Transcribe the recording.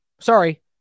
Sorry